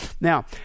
Now